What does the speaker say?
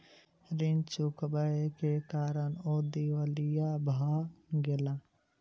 ऋण चुकबै के कारण ओ दिवालिया भ गेला